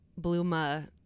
Bluma